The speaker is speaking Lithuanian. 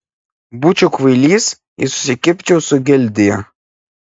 būčiau kvailys jei susikibčiau su gildija